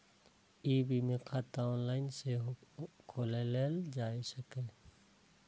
ई बीमा खाता ऑनलाइन सेहो खोलाएल जा सकैए